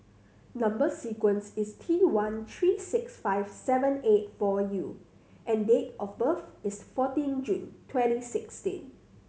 number sequence is T one three six five seven eight four U and date of birth is fourteen June twenty sixteen